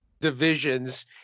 divisions